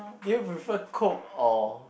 do you prefer coke or